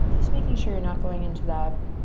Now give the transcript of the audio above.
just making sure you're not going into that